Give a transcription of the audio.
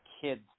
kids